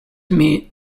meat